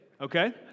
okay